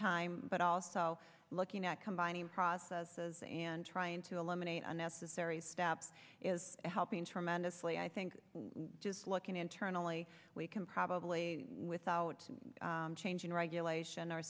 time but also looking at combining processes and trying to eliminate unnecessary step is helping tremendously i think just looking internally we can probably without changing regulation or